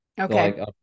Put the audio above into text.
Okay